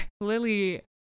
lily